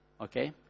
Okay